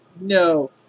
No